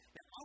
Now